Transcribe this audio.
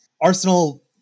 Arsenal